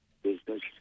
business